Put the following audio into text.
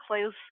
close